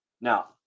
now